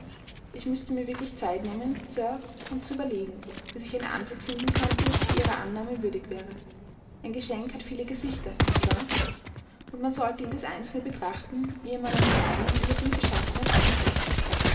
ich müßte mir wirklich zeit nehmen sir um zu überlegen bis ich eine antwort finden könnte die ihrer annahme würdig wäre ein geschenk hat viele gesichter nicht wahr und man sollte jedes einzelne betrachten ehe man eine meinung über seine beschaffenheit ausspricht